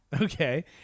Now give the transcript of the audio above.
okay